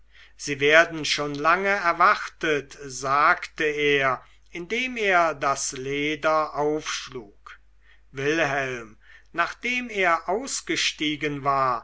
sie werden schon lange erwartet sagte er indem er das leder aufschlug wilhelm nachdem er ausgestiegen war